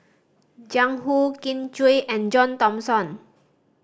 Jiang Hu Kin Chui and John Thomson